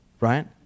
Right